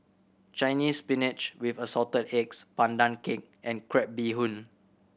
Chinese Spinach with Assorted Eggs Pandan Cake and crab bee hoon